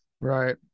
Right